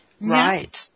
Right